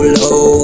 low